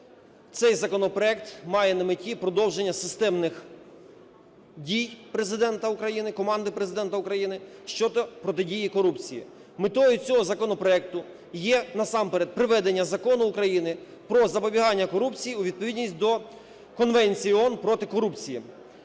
Цей законопроект має на меті продовження системних дій Президента України, команди Президента України щодо протидії корупції. Метою цього законопроекту є насамперед приведення Закону України "Про запобігання корупції" у відповідність до Конвенції ООН проти корупції.